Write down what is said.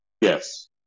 Yes